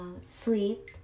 sleep